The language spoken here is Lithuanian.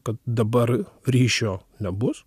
kad dabar ryšio nebus